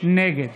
נגד